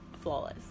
flawless